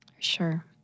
Sure